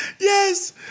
Yes